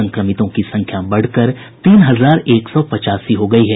संक्रमितों की संख्या बढ़कर तीन हजार एक सौ पचासी हो गयी है